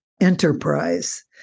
enterprise